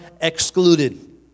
excluded